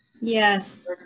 Yes